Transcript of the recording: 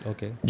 Okay